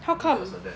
how come like that